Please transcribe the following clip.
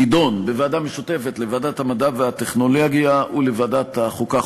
תידון בוועדה משותפת לוועדת המדע והטכנולוגיה ולוועדת החוקה,